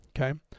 okay